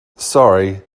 sorry